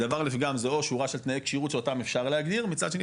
הדבר לפגם זה או שטרה של תנאי כשירות שאותם אפשר להגדיר מצד שני